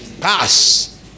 Pass